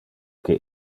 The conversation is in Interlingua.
que